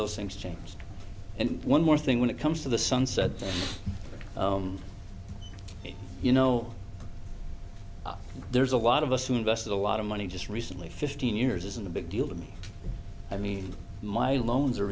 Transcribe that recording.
those things change and one more thing when it comes to the sunset you know there's a lot of us who invested a lot of money just recently fifteen years isn't a big deal to me i mean my loans